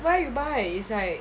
where you buy it's like